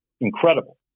incredible